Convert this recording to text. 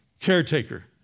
caretaker